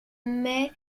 mai